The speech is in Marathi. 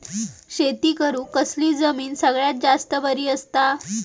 शेती करुक कसली जमीन सगळ्यात जास्त बरी असता?